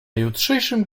jutrzejszym